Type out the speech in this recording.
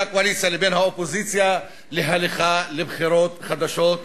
הקואליציה ובין האופוזיציה להליכה לבחירות חדשות,